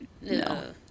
No